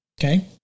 Okay